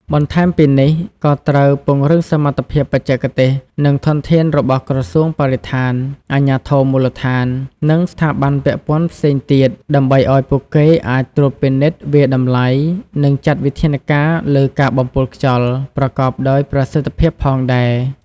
បន្ថែមពីនេះ ក៏ត្រូវពង្រឹងសមត្ថភាពបច្ចេកទេស និងធនធានរបស់ក្រសួងបរិស្ថាន អាជ្ញាធរមូលដ្ឋាន និងស្ថាប័នពាក់ព័ន្ធផ្សេងទៀត ដើម្បីឱ្យពួកគេអាចត្រួតពិនិត្យ វាយតម្លៃ និងចាត់វិធានការលើការបំពុលខ្យល់ប្រកបដោយប្រសិទ្ធភាពផងដែរ។